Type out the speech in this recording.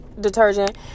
detergent